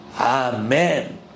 Amen